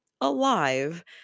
alive